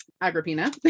Agrippina